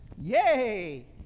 yay